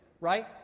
Right